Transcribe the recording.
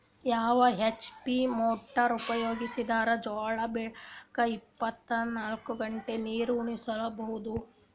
ಯಾವ HP motor ಉಪಯೋಗಿಸಿದರ ಜೋಳ ಬೆಳಿಗ ಇಪ್ಪತ ನಾಲ್ಕು ಗಂಟೆ ನೀರಿ ಉಣಿಸ ಬಹುದು?